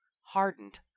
hardened